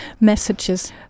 messages